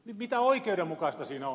mitä oikeudenmukaista siinä on